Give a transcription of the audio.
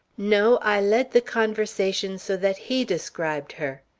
no, i led the conversation so that he described her.